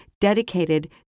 dedicated